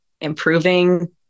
improving